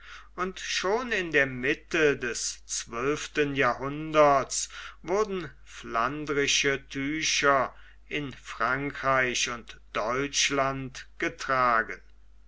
und schon in der mitte des zwölften jahrhunderts wurden flandrische tücher in frankreich und deutschland getragen